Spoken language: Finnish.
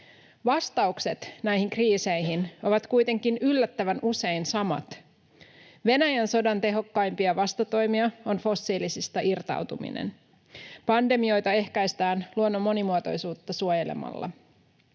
Vastaukset näihin kriiseihin ovat kuitenkin yllättävän usein samat. Venäjän sodan tehokkaimpia vastatoimia on fossiilisista irtautuminen. Pandemioita ehkäistään luonnon monimuotoisuutta suojelemalla.